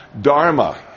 Dharma